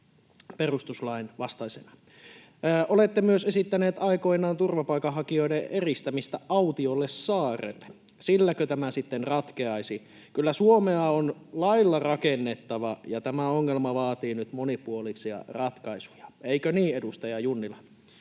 perustuslain vastaisena. Olette myös esittäneet aikoinaan turvapaikanhakijoiden eristämistä autiolle saarelle. Silläkö tämä sitten ratkeaisi? Kyllä Suomea on laeilla rakennettava, ja tämä ongelma vaatii nyt monipuolisia ratkaisuja. — Eikö niin, edustaja Junnila?